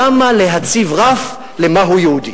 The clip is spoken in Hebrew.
למה להציב רף למהו יהודי?